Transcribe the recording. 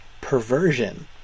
perversion